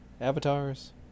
avatars